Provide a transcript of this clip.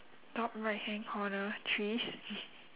top right hand corner trees